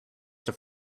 have